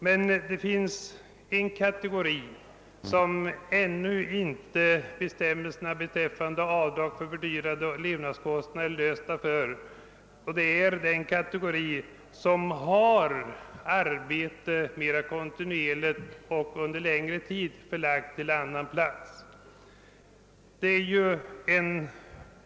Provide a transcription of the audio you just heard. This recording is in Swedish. Men det finns en kategori, för vilken det ännu inte finns tillfredsställande bestämmelser om avdrag för fördyrade levnadskostnader. Jag syftar på den kategori som har sitt arbete mer kontinuerligt och under längre tid förlagt till annan plats än hemorten.